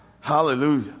hallelujah